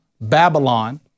Babylon